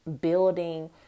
building